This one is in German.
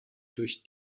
durch